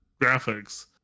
graphics